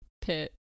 pit